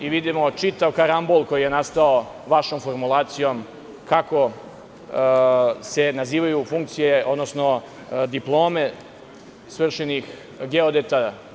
Vidimo čitav karambol koji je nastao vašom formulacijom kako se nazivaju funkcije, odnosno diplome svršenih geodeta.